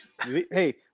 Hey